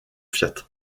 fiat